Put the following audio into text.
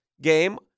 game